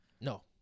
No